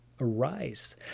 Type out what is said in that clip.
arise